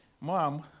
Mom